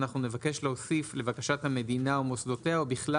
אנחנו נבקש להוסיף לבקשת המדינה ומוסדותיה ובכלל